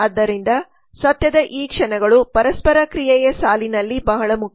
ಆದ್ದರಿಂದ ಸತ್ಯದ ಈ ಕ್ಷಣಗಳು ಪರಸ್ಪರ ಕ್ರಿಯೆಯ ಸಾಲಿನಲ್ಲಿ ಬಹಳ ಮುಖ್ಯ